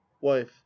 wife